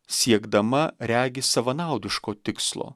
siekdama regis savanaudiško tikslo